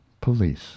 police